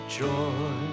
joy